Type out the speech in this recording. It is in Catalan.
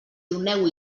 doneu